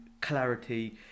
clarity